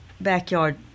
backyard